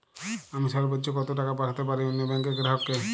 আমি সর্বোচ্চ কতো টাকা পাঠাতে পারি অন্য ব্যাংক র গ্রাহক কে?